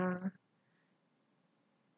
ya